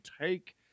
take